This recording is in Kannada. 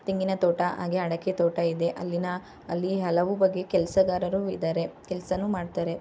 ತೆಂಗಿನ ತೋಟ ಹಾಗೆ ಅಡಿಕೆ ತೋಟ ಇದೆ ಅಲ್ಲಿನ ಅಲ್ಲಿ ಹಲವು ಬಗೆ ಕೆಲಸಗಾರರು ಇದ್ದಾರೆ ಕೆಲಸನೂ ಮಾಡ್ತಾರೆ